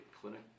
clinic